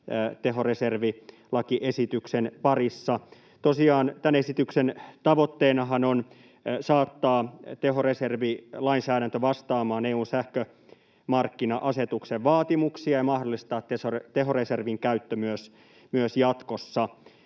tehoreservilakiesityksen parissa. Tosiaan tämän esityksen tavoitteenahan on saattaa tehoreservilainsäädäntö vastaamaan EU:n sähkömarkkina-asetuksen vaatimuksiin ja mahdollistaa tehoreservin käyttö myös jatkossa.